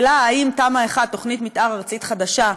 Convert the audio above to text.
לגבי שאלה אם תמ"א 1, תוכנית מתאר ארצית חדשה,